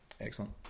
Excellent